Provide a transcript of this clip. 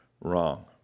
wrong